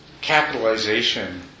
capitalization